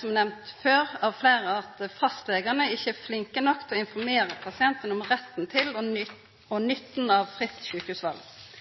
som nemnt før av fleire, at fastlegane ikkje er flinke nok til å informera pasienten om ordninga med rett til fritt sjukehusval og nytten av